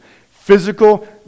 Physical